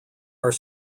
are